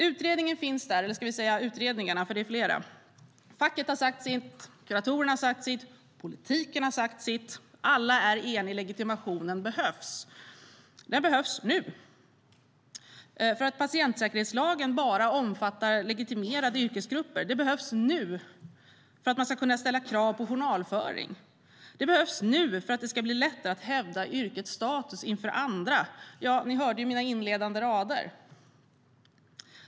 Utredningarna finns där, facket har sagt sitt, kuratorerna har sagt sitt och politiken har sagt sitt. Alla är eniga: Legitimationen behövs, och den behövs nu. Patientsäkerhetslagen omfattar bara legitimerade yrkesgrupper. Legitimation behövs nu för att man ska kunna ställa krav på journalföring. Den behövs nu för att det ska bli lättare att hävda yrkets status inför andra. Ni hörde mina inledande ord.